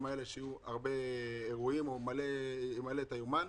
האלה שיהיו בהם הרבה אירועים למלא את היומן.